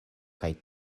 kaj